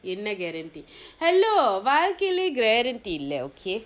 என்ன:enne guarantee hello வாழ்கையிலேயே:vaalkayileye guarantee இல்ல:ille okay